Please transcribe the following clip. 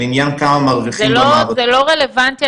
לעניין כמה מרוויחים --- זה לא רלוונטי,